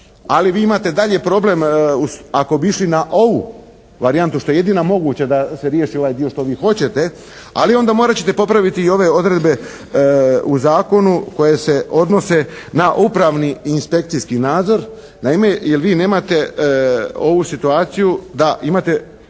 Ali, vi imate dalje problem, ako bi išli na ovu varijantu što je jedina moguća da se riješi ovaj dio što vi hoćete, ali onda morat ćete popraviti i ove odredbe u zakonu koje se odnose na upravni inspekcijski nadzor. Naime, jer vi nemate ovu situaciju da imate,